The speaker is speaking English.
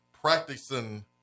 practicing